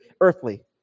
earthly